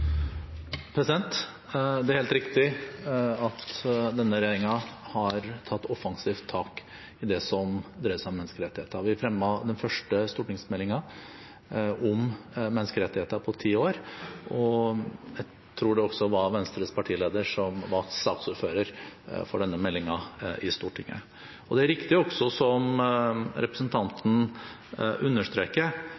Det er helt riktig at denne regjeringen har tatt offensivt tak i det som dreier seg om menneskerettigheter. Vi fremmet den første stortingsmeldingen om menneskerettigheter på ti år, og jeg tror det var Venstres partileder som var saksordfører for denne meldingen i Stortinget. Det er også riktig, som